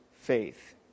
faith